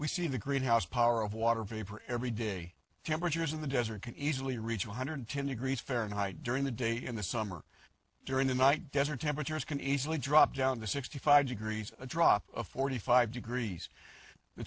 we see the greenhouse power of water vapor every day temperatures in the desert can easily reach one hundred ten degrees fahrenheit during the day in the summer during the night desert temperatures can easily drop down to sixty five degrees a drop of forty five degrees the